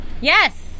Yes